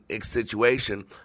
situation